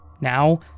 now